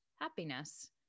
happiness